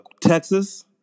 Texas